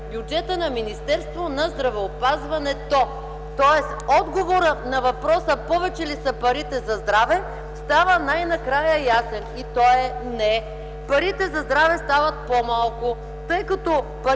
бюджета на Министерството на здравеопазването. Тоест отговорът на въпроса - повече ли са парите за здраве, най-накрая става ясен и той е „не”. Парите за здраве стават по-малко, тъй като парите на